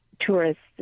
tourists